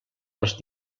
els